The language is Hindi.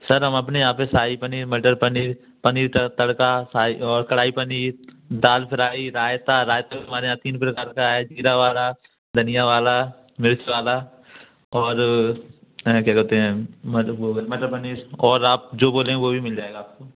सर हम अपने यहाँ पर शाही पनीर मटर पनीर पनीर तड़का शाही और कड़ाही पनीर दाल फ्राई रायता रायता तो हमारे यहाँ तीन प्रकार का है जीरा वाला धनिया वाला मिक्स वाला और क्या कहते हैं मटर पनीर और जो बोले वो भी मिल जाएगा आपको